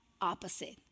opposite